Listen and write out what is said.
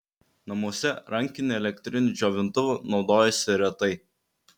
namuose rankiniu elektriniu džiovintuvu naudojosi retai